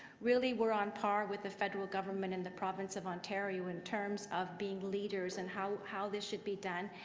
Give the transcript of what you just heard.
really we're on par with the federal government and the province of ontario in terms of being leaders and how how this should be done.